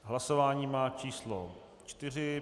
Hlasování má číslo 4.